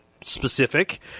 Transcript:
specific